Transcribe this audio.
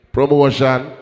Promotion